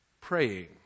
praying